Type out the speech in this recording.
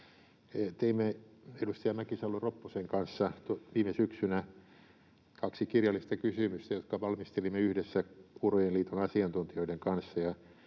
Teimme edustaja Mäkisalo-Ropposen kanssa viime syksynä kaksi kirjallista kysymystä, jotka valmistelimme yhdessä Kuurojen Liiton asiantuntijoiden kanssa,